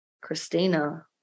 Christina